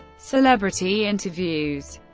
celebrity interviews